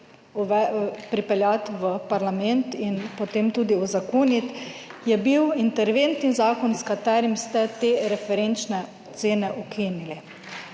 pripeljati v parlament in potem tudi uzakoniti, je bil interventni zakon s katerim ste te referenčne cene ukinili.